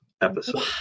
episode